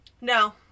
No